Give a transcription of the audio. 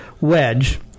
wedge